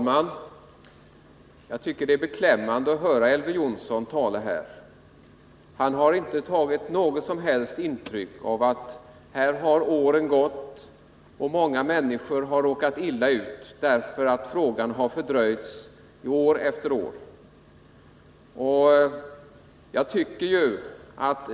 Herr talman! Det är beklämmande att höra Elver Jonsson tala här. Honom bekommer det inte det minsta att åren har gått och att många människor har råkat illa ut på grund av att frågan har förhalats.